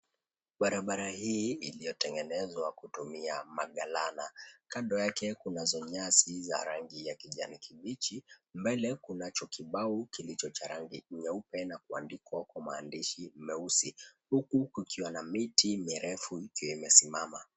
Barabara hii iliyotengenezwa kutumia magalana. Kando yake kunazo nyasi ya rangi ya kijani kibichi. Mbele kunacho kibao kilicho cha rangi nyeupe na kuandikwa kwa maandishi meusi, huku kukiwa na miti mirefu ikiwa imesimama.